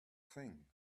thing